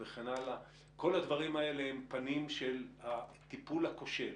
כל הדברים הללו הם פנים של הטיפול הכושל